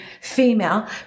female